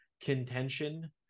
contention